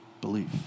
belief